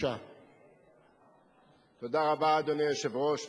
שאדוני יַרצה